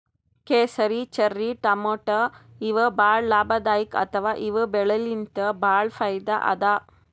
ಕೇಸರಿ, ಚೆರ್ರಿ ಟಮಾಟ್ಯಾ ಇವ್ ಭಾಳ್ ಲಾಭದಾಯಿಕ್ ಅಥವಾ ಇವ್ ಬೆಳಿಲಿನ್ತ್ ಭಾಳ್ ಫೈದಾ ಅದಾ